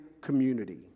community